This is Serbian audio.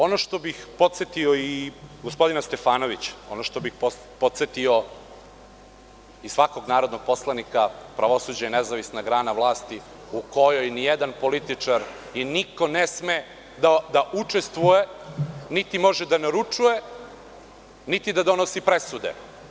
Ono što bih podsetio i gospodina Stefanovića, ono što bih podsetio i svakog narodnog poslanika, pravosuđe je nezavisna grana vlasti u kojoj ni jedan političar i niko ne sme da učestvuje, niti može da naručuje, niti da donosi presude.